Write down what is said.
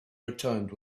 returned